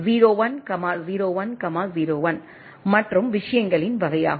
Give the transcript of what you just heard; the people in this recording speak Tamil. எனவே 010101 மற்றும் விஷயங்களின் வகையாகும்